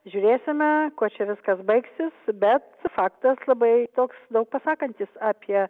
žiūrėsime kuo čia viskas baigsis bet faktas labai toks daug pasakantis apie